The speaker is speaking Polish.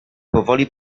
powoli